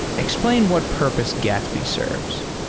explain what purpose gatsby serves.